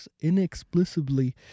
inexplicably